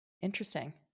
Interesting